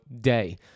day